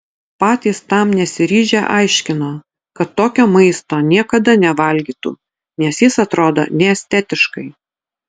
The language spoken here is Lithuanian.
patys tam nesiryžę aiškino kad tokio maisto niekada nevalgytų nes jis atrodo neestetiškai